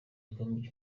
igikombe